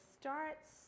starts